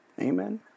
Amen